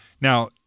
Now